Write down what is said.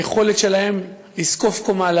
היכולת שלהם לזקוף קומה,